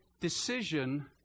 decision